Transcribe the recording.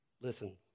Listen